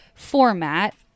format